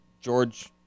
George